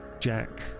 Jack